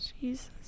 Jesus